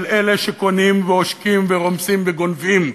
של אלה שקונים ועושקים ורומסים וגונבים.